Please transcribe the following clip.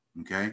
okay